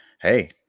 hey